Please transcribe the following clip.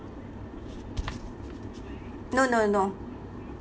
no no no